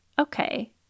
okay